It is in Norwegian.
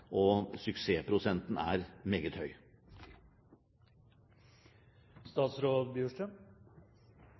og suksessprosenten er meget